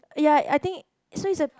ya I think so it's a